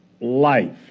life